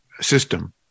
system